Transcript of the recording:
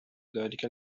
ذلك